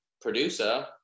producer